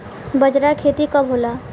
बजरा के खेती कब होला?